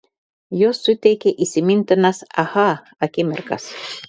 jos suteikia įsimintinas aha akimirkas